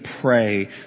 pray